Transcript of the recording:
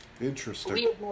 Interesting